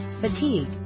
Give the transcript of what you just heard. fatigue